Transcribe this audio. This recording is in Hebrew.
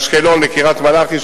מאשקלון לקריית-מלאכי,